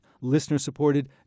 listener-supported